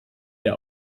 der